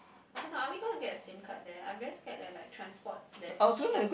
I don't know are we going to get a Sim card there I'm very scared like like transport there's issues